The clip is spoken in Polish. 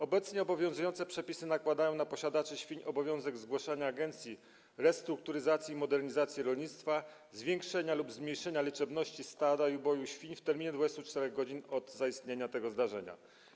Obecnie obowiązujące przepisy nakładają na posiadaczy świń obowiązek zgłaszania Agencji Restrukturyzacji i Modernizacji Rolnictwa zwiększenia lub zmniejszenia liczebności stada i uboju świń w terminie 24 godzin od zaistnienia tego zdarzenia.